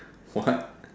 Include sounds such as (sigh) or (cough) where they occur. (noise) what